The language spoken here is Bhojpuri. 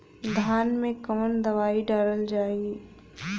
धान मे कवन दवाई डालल जाए?